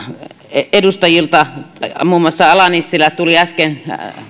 edustajilta muun muassa ala nissilältä tuli äsken